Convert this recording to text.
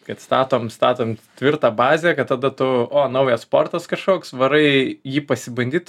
kad statom statom tvirtą bazę kad tada tu o naujas sportas kažkoks varai jį pasibandyt